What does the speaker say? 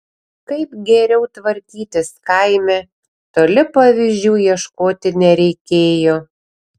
kaip geriau tvarkytis kaime toli pavyzdžių ieškoti nereikėjo